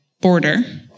Border